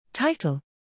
Title